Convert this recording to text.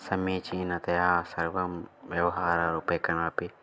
समीचीनतया सर्वं व्यवहाररूप्यकाणि अपि